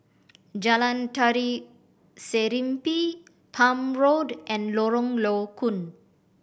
Jalan Tari Serimpi Palm Road and Lorong Low Koon